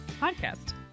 Podcast